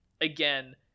again